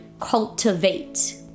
cultivate